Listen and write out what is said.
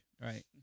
right